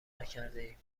نکردهایم